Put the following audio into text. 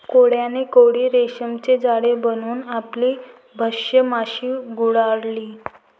कोळ्याने कोळी रेशीमचे जाळे बनवून आपली भक्ष्य माशी गुंडाळली